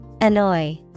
Annoy